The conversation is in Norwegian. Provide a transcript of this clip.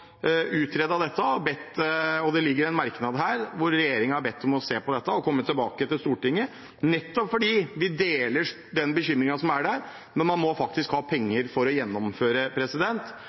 dette, og det ligger en merknad her hvor regjeringen er bedt om å se på dette og komme tilbake til Stortinget, nettopp fordi vi deler den bekymringen som er der. Når man faktisk må ha penger for å gjennomføre,